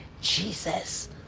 jesus